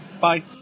Bye